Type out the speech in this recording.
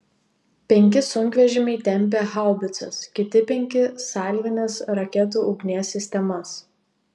penki sunkvežimiai tempė haubicas kiti penki salvinės raketų ugnies sistemas